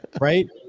right